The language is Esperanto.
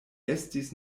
estis